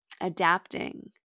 adapting